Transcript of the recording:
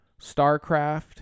Starcraft